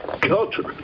culture